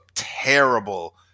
Terrible